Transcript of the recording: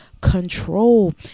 control